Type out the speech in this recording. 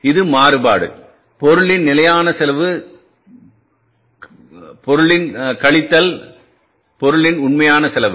இது மாறுபாடு பொருளின் நிலையான செலவுபொருள்கழித்தல் உண்மையானசெலவு